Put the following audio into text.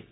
bite